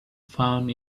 found